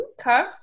Okay